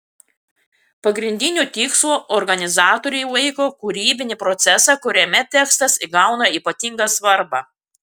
pagrindiniu tikslu organizatoriai laiko kūrybinį procesą kuriame tekstas įgauna ypatingą svarbą